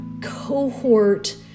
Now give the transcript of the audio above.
cohort